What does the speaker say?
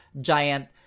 giant